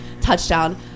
Touchdown